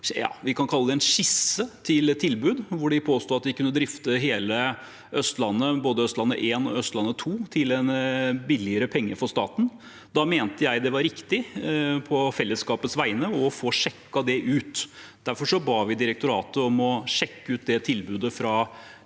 – Muntlig spørretime 2023 påsto at de kunne drifte hele Østlandet, både Østlandet 1 og Østlandet 2, til en billigere penge for staten. Da mente jeg det var riktig på fellesskapets vegne å få sjekket det ut, og derfor ba vi direktoratet om å sjekke ut det tilbudet fra Vy